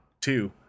two